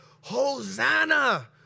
Hosanna